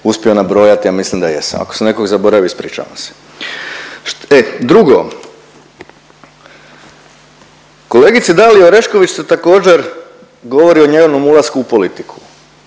uspio nabrojati, a mislim da jesam, ako sam nekog zaboravio ispričavam se. E drugo, kolegici Daliji Orešković ste također govorili o njenom ulasku u politiku.